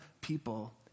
people